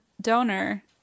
donor